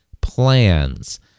plans